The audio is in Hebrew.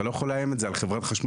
אתה לא יכול לאיים את זה על חברת חשמל.